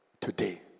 Today